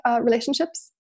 relationships